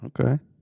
Okay